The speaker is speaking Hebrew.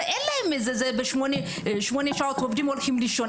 אין דבר כזה שהם עובדים שמונה שעות והולכים לישון.